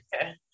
okay